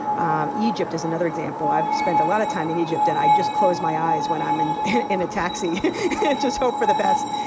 um egypt is another example. i've spent a lot of time in egypt, and i just close my eyes when i'm in in a taxi and just hope for the best.